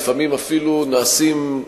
לפעמים אפילו נעשים,